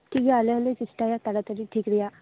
ᱴᱷᱤᱠ ᱜᱮᱭᱟ ᱟᱞᱮ ᱦᱚᱸᱞᱮ ᱪᱮᱥᱴᱟᱭᱟ ᱛᱟᱲᱟ ᱛᱟᱲᱤ ᱴᱷᱤᱠ ᱨᱮᱭᱟᱜ